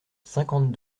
cinquante